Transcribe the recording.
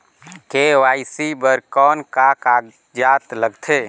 KYC बर कौन का कागजात लगथे?